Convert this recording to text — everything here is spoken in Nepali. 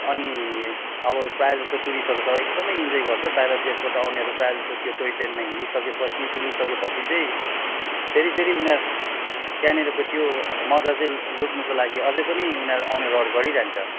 अनि अब प्रायः जसो टुरिष्टहरू त एकदम इन्जोय गर्छ बाहिर देशबाट आउनेहरू प्रायः जसो त्यो टोय ट्रेनमा हिँडिसके पछि डुलिसके पछि चाहिँ फेरि फेरि उनीहरू त्यहाँनेरको त्यो मजा चाहिँ लुट्नको लागि अझ पनि आउने रहर गरिरहन्छ